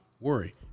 worry